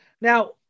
Now